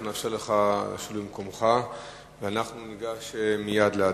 נאפשר לך להגיע למקומך ומייד ניגש להצבעה.